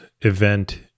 event